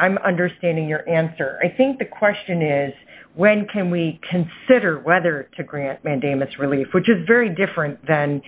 i'm understanding your answer i think the question is when can we consider whether to grant mandamus relief which is very different than